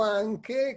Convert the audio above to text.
anche